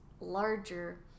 larger